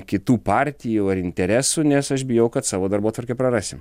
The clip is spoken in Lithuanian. kitų partijų ar interesų nes aš bijau kad savo darbotvarkę prarasim